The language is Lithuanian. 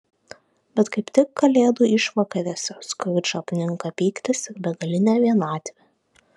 bet kaip tik kalėdų išvakarėse skrudžą apninka pyktis ir begalinė vienatvė